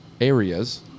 areas